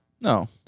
No